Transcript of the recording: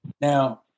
Now